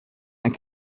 and